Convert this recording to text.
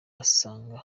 asanga